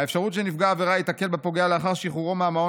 האפשרות שנפגע עבירה ייתקל בפוגע לאחר שחרורו מהמעון